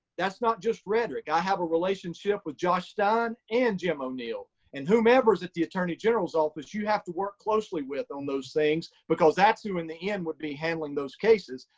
that's not just rhetoric. i have a relationship with josh stein and jim o'neill. and whomever is at the attorney general's office, you have to work closely with on those things, because that's who in the end would be handling those cases.